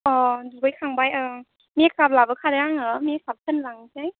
अ दुगैखांबाय ओं मेकआप लाबोखादों आङो मेकआप फोनलांनोसै